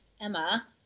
Emma